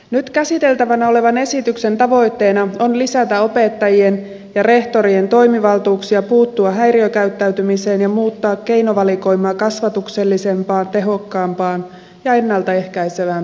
nyt käsiteltävänä olevan esityksen tavoitteena on lisätä opettajien ja rehtorien toimivaltuuksia puuttua häiriökäyttäytymiseen ja muuttaa keinovalikoimaa kasvatuksellisempaan tehokkaampaan ja ennalta ehkäisevämpään suuntaan